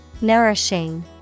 Nourishing